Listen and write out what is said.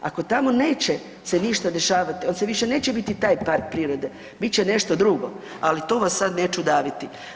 Ako tamo neće se ništa dešavati, on više neće biti taj park prirode, bit će nešto drugo, ali to vas sad neću daviti.